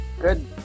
Good